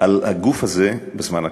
על הגוף הזה בזמן הקרוב.